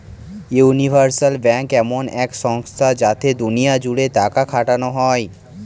universal bank এমন এক সংস্থা যাতে দুনিয়া জুড়ে টাকা খাটানো যায়